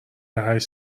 هشت